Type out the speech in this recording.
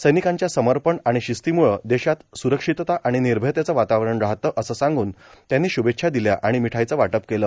सैनिकाच्या सर्मपण आणि शिस्तीम्ळे देशात स्रक्षितता आणि निर्भयतेच वातावरण राहते अस साग्न त्यांनी श्भेछ्या दिल्या आणि मिठाईच वाटप केल